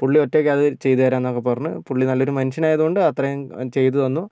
പുള്ളി ഒറ്റക്ക് അത് ചെയ്ത് തരാമെന്നൊക്കെ പറഞ്ഞ് പുള്ളി നല്ലൊരു മനുഷ്യനായത് കൊണ്ട് അത്രയും ചെയ്ത് തന്നു